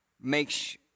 makes